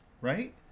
Right